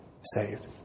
saved